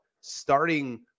starting